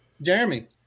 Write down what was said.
Jeremy